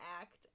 act